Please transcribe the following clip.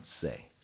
say